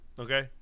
Okay